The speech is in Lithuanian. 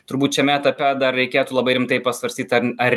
turbūt šiame etape dar reikėtų labai rimtai pasvarstyt ar ar